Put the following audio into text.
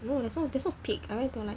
no there's no there's no peak I went to like